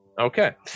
Okay